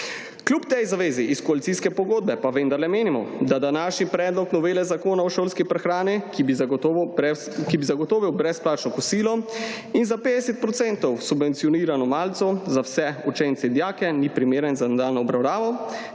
Kljub tej zavezi iz koalicijske pogodbe pa vendarle menimo, da današnji predlog novela o šolski prehrani, ki bi zagotovil brezplačno kosilo in za 50 % subvencionirano malico za vse učence in dijake ni primeren za nadaljnjo obravnavo